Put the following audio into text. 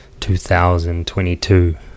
2022